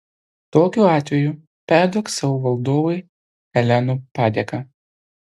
tokiu atveju perduok savo valdovui helenų padėką